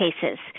cases